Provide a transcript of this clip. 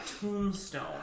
tombstone